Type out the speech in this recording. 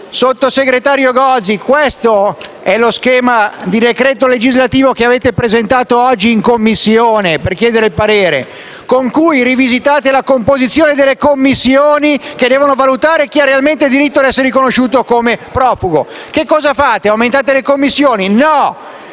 Sottosegretario Gozi, nello schema di decreto legislativo che avete presentato oggi in Commissione per chiederne il parere, con cui rivisitate la composizione delle commissioni che devono valutare chi ha realmente diritto ad essere riconosciuto come profugo, che cosa fate? Aumentate le commissioni? No.